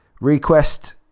Request